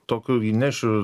tokio įnešiu